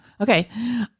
Okay